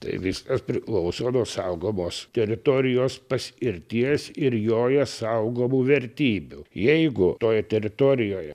tai viskas priklauso nuo saugomos teritorijos paskirties ir joje saugomų vertybių jeigu toje teritorijoje